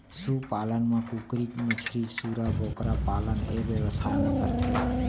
सु पालन म कुकरी, मछरी, सूरा, बोकरा पालन ए बेवसाय म करथे